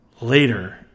later